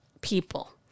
people